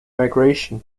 migration